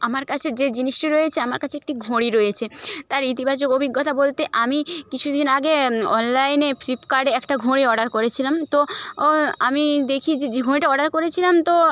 আমার কাছে যে জিনিসটা রয়েছে আমার কাছে একটি ঘড়ি রয়েছে তার ইতিবাচক অভিজ্ঞতা বলতে আমি কিছু দিন আগে অনলাইনে ফ্লিপকার্টে একটা ঘড়ি অর্ডার করেছিলাম তো আমি দেখি যে যে ঘড়িটা অর্ডার করেছিলাম তো